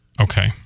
Okay